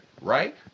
Right